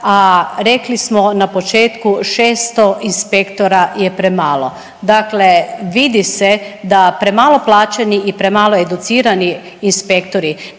a rekli smo na početku 600 inspektora je premalo, dakle vidi se da premalo plaćeni i premalo educirani inspektori